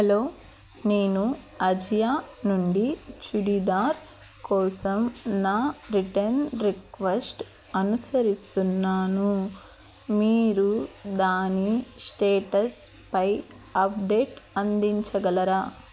hello నేను అజియో నుండి చుడిదార్ కోసం నా రిటర్న్ రిక్వెస్ట్ అనుసరిస్తున్నాను మీరు దాని స్టేటస్పై అప్డేట్ అందించగలరా